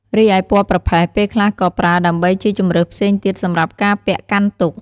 រីឯពណ៌ប្រផេះ ពេលខ្លះក៏ប្រើដើម្បីជាជម្រើសផ្សេងទៀតសម្រាប់ការពាក់កាន់ទុក្ខ។